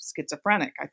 schizophrenic